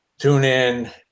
TuneIn